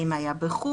האם היה בחו"ל,